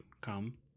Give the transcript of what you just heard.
come